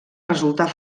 resultar